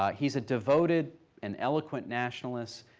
um he's a devoted and eloquent nationalist,